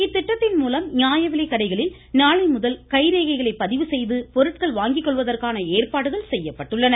இத்திட்டத்தின்மூலம் நியாயவிலைக்கடைகளில் நாளைமுதல் கைரேகையை பதிவு செய்து பொருட்கள் வாங்கிக் கொள்வதற்கான ஏற்பாடுகள் செய்யப்பட்டுள்ளன